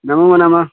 नमो नमः